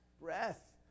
breath